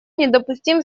недопустим